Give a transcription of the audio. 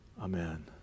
Amen